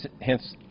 hence